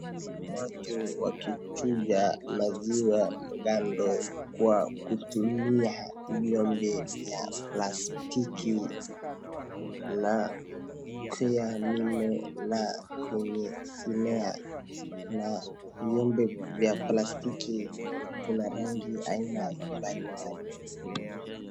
Watu wakichuja maziwa mgando kwa kutumia vyombo vya plastiki na kuyamimina kwenye sinia na vyombo vya plastiki. Kuna rangi aina ya mbalimbali.